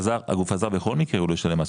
הגוף הזר בכל מקרה הוא לא ישלם מס.